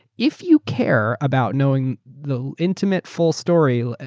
if you care about knowing the intimate full story,